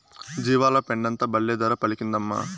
జీవాల పెండంతా బల్లే ధర పలికిందమ్మా